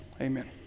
Amen